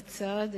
בצד,